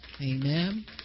Amen